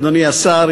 אדוני השר,